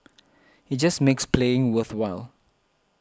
it just makes playing worthwhile